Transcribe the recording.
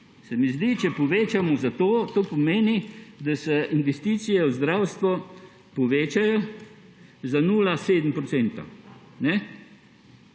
Se mi zdi, če povečamo za to, to pomeni, da se investicije v zdravstvo povečajo za 0,7 %.